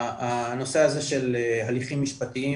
הנושא הזה של הליכים משפטיים